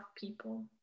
people